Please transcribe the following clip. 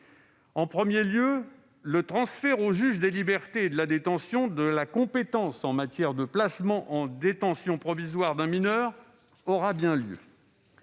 En premier lieu, le transfert au juge des libertés et de la détention de la compétence en matière de placement en détention provisoire d'un mineur aura bien lieu.